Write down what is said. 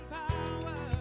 power